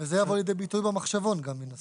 וזה יבוא לידי ביטוי במחשבות גם, מן הסתם.